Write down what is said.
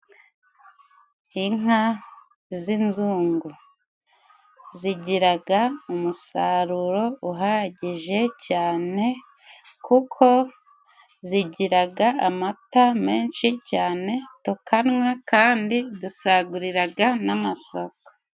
Inka z'inzungu zigiraga umusaruro uhagije cyane kuko zigiraga amata menshi cyane, tukanywa kandi dusaguriraga n'amasoko.